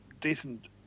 decent